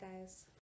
guys